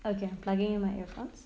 okay I'm plugging in my airpods